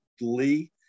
Lee